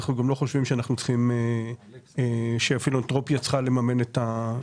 אנחנו גם לא חושבים שפילנתרופיה צריכה לממן את השהייה,